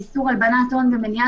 שמי יראת דומנוביץ,